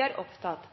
er